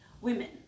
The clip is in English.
women